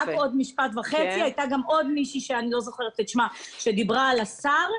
הייתה נציגה שדיברה על השר.